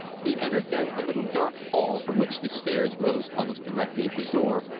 he entered then a little dark hall from which the stairs rose almost directly at the door,